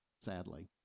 Sadly